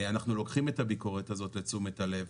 אנחנו לוקחים את הביקורת הזאת לתשומת הלב.